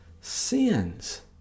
sins